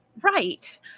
Right